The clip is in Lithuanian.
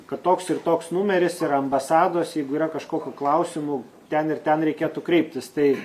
kad toks ir toks numeris ir ambasados jeigu yra kažkokių klausimų ten ir ten reikėtų kreiptis tai